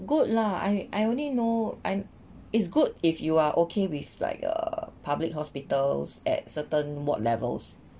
good lah I I only know I it's good if you are okay with like uh public hospitals at certain ward levels